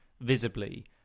visibly